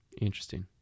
Interesting